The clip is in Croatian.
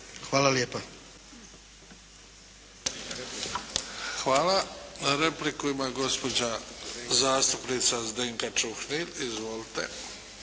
Luka (HDZ)** Hvala. Repliku ima gospođa zastupnica Zdenka Čuhnil. Izvolite.